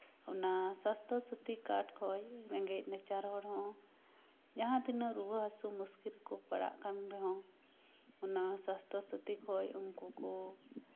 ᱚᱱᱟ ᱥᱟᱥᱛᱷᱚ ᱥᱟᱛᱷᱤ ᱠᱟᱨᱰ ᱠᱷᱚᱡ ᱨᱮᱸᱜᱮᱡ ᱱᱟᱪᱟᱨ ᱦᱚᱲ ᱦᱚᱸ ᱡᱟᱦᱟᱸᱛᱤᱱᱟᱹᱜ ᱨᱩᱣᱟᱹ ᱦᱟᱥᱩ ᱢᱩᱥᱠᱤᱞ ᱨᱮᱠᱚ ᱯᱟᱲᱟᱜ ᱠᱟᱱ ᱨᱮᱦᱚᱸ ᱚᱱᱟ ᱥᱟᱥᱛᱷᱚ ᱥᱟᱛᱷᱤ ᱠᱷᱚᱡ ᱩᱱᱠᱩ ᱠᱚ